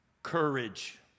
courage